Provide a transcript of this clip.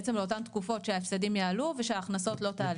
לאותן תקופות שההפסדים יעלו ושההכנסות לא תעלינה.